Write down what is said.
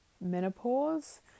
menopause